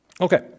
Okay